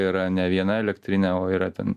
yra ne viena elektrinė o yra ten